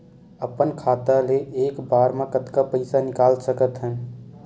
अपन खाता ले एक बार मा कतका पईसा निकाल सकत हन?